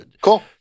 Cool